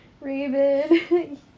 Raven